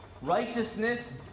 righteousness